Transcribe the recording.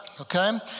Okay